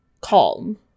calm